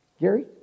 Gary